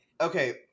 Okay